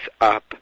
up